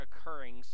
occurring